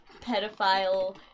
pedophile